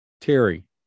terry